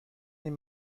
این